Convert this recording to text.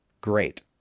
Great